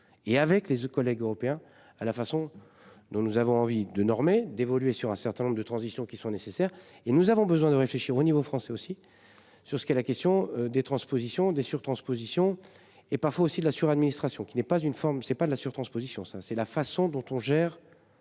et avec les autres collègues européens à la façon dont nous avons envie de normer d'évoluer sur un certain nombre de transition qui sont nécessaires et nous avons besoin de réfléchir au niveau français aussi sur ce qu'est la question des transpositions des surtransposition et parfois aussi de la sur administration qui n'est pas une forme c'est pas de la surtransposition ça c'est la façon dont on gère.